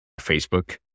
Facebook